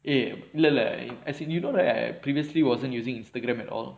eh இல்லல்ல:illalla as in I previously wasn't using Instagram at all